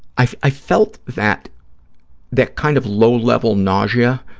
i i felt that that kind of low-level nausea,